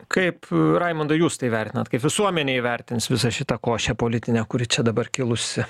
kaip raimundai jūs tai vertinat kaip visuomenė įvertins visą šitą košę politinę kuri čia dabar kilusi